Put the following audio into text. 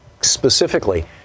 specifically